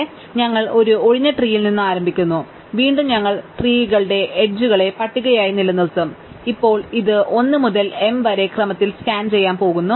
അതിനാൽ ഞങ്ങൾ ഒരു ഒഴിഞ്ഞ ട്രീൽ നിന്ന് ആരംഭിക്കുന്നു അതിനാൽ വീണ്ടും ഞങ്ങൾ വൃക്ഷത്തെ എഡ്ജുകളുടെ പട്ടികയായി നിലനിർത്തും ഇപ്പോൾ ഞങ്ങൾ ഇത് 1 മുതൽ m വരെ ക്രമത്തിൽ സ്കാൻ ചെയ്യാൻ പോകുന്നു